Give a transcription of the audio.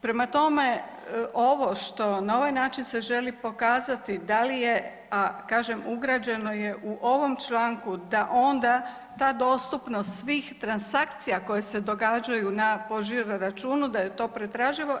Prema tome, ovo što, na ovaj način se želi pokazati da li je, kažem ugrađeno je u ovom članku da onda ta dostupnost svih transakcija koje se događaju po žiro računu da je to pretraživo.